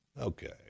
Okay